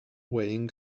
weighing